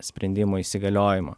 sprendimo įsigaliojimo